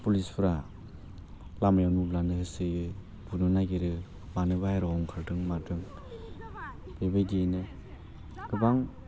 पुलिसफ्रा लामायाव नुब्लानो होसोयो बुनो नागिरो मानो बाह्रेरायाव ओंखारदों मादों बेबायदियैनो गोबां